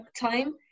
time